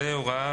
הסעיף